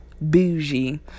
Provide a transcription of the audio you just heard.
bougie